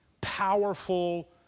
powerful